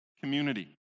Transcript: community